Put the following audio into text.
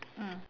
mm